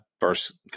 first